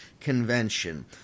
convention